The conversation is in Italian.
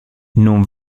non